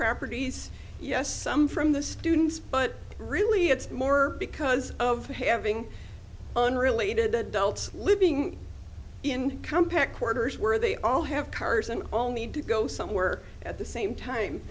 properties yes some from the students but really it's more because of having unrelated adults living in compact quarters where they all have cars and all need to go somewhere at the same time